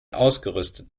ausgerüstet